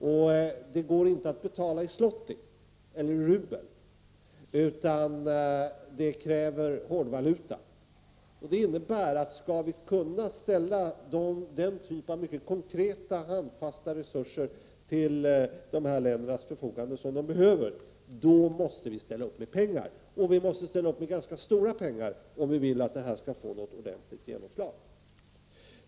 Och det går inte att betala i zloty eller i rubel, utan det krävs hårdvaluta. Det innebär att om vi till de här ländernas förfogande skall kunna ställa de mycket konkreta, handfasta resurser som de behöver, då måste vi ställa upp med pengar. Och det gäller ganska stora pengar, om vi vill att insatserna skall få något ordentligt genomslag.